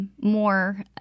more